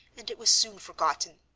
and it was soon forgotten.